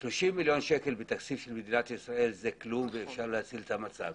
30 מיליון שקלים בתקציב של ישראל זה כלום ואפשר להציל את המצב.